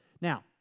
Now